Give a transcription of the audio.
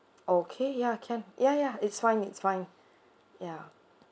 okay ya can ya ya it's fine it's fine ya